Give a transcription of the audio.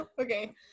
Okay